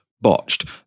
botched